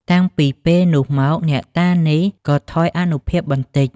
តាំងពីពេលនោះមក អ្នកតានេះក៏ថយអានុភាពបន្តិច ។